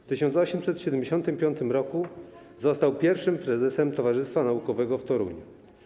W 1875 roku został pierwszym prezesem Towarzystwa Naukowego w Toruniu.